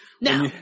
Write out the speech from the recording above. now